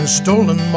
stolen